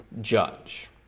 judge